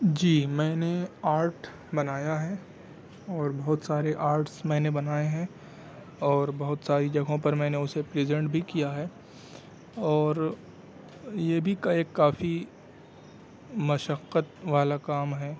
جی میں نے آرٹ بنایا ہے اور بہت سارے آرڑس میں نے بنائے ہیں اور بہت ساری جگہوں پر میں نے اسے پرزینٹ بھی کیا ہے اور یہ بھی ایک کافی مشقت والا کام ہے